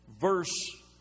verse